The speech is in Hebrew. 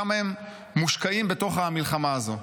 כמה הם מושקעים בתוך המלחמה הזו.